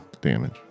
damage